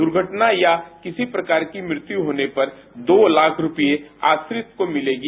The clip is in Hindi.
दुर्घटना या किसी प्रकार की मृत्यु होने पर दो लाख रुपए आश्रित को मिलेगी